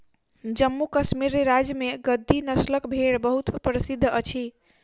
जम्मू कश्मीर राज्य में गद्दी नस्लक भेड़ बहुत प्रसिद्ध अछि